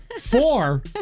four